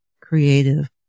creative